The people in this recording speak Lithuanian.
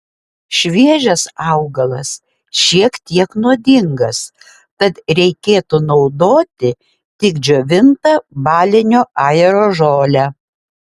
šviežias augalas šiek tiek nuodingas tad reikėtų naudoti tik džiovintą balinio ajero žolę